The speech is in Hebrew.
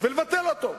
ולבטל אותו.